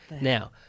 Now